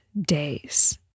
days